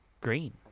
green